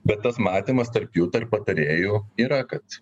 bet tas matymas tarp jų tarp patarėjų yra kad